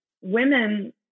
women